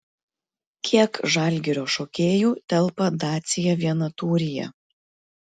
kiek žalgirio šokėjų telpa dacia vienatūryje